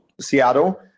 Seattle